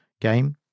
game